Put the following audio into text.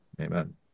amen